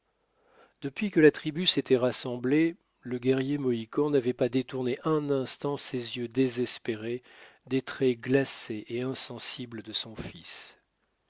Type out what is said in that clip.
depuis que la tribu s'était rassemblée le guerrier mohican n'avait pas détourné un instant ses yeux désespérés des traits glacés et insensibles de son fils